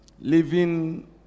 living